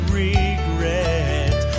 regret